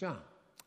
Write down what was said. שתקצר.